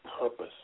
purpose